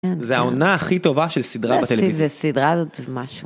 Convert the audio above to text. זה העונה הכי טובה של סדרה בטלוויזיה.